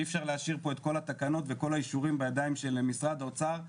אי אפשר להשאיר פה את כל התקנות ואת כל האישורים בידיים של משרד האוצר.